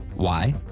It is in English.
why?